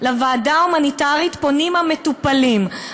לוועדה ההומניטרית פונים המטופלים,